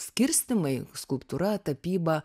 skirstymai skulptūra tapyba